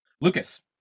Lucas